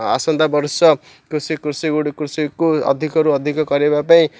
ଆସନ୍ତାବର୍ଷ କୃଷି କୃଷି କୃଷିକୁ ଅଧିକରୁ ଅଧିକ କରିବା ପାଇଁ